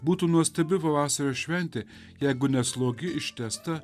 būtų nuostabi pavasario šventė jeigu ne slogi ištęsta